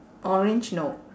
orange no